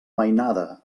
mainada